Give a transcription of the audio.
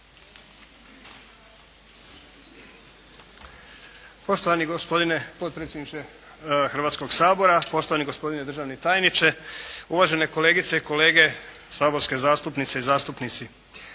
Poštovani gospodine potpredsjedniče Hrvatskog sabora, poštovani gospodine državni tajniče, uvažene kolegice i kolege saborske zastupnice i zastupnici.